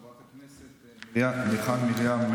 חברת הכנסת מיכל מרים וולדיגר,